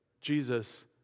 Jesus